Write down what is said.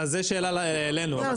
אז זאת שאלה אליכן.